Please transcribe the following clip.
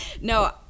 no